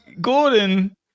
Gordon